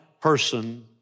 person